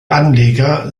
anleger